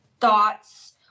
thoughts